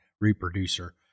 reproducer